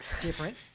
different